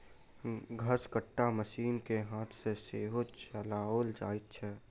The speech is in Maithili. घसकट्टा मशीन के हाथ सॅ सेहो चलाओल जाइत छै